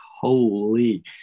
holy